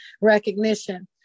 recognition